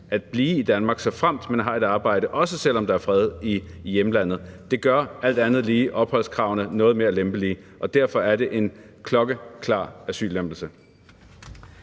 at blive i Danmark, såfremt de har et arbejde, også selv om der er fred i hjemlandet, gør alt andet lige opholdskravene noget mere lempelige, og derfor er det en klokkeklar asyllempelse.